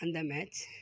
அந்த மேட்ச்